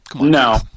No